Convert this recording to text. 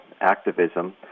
activism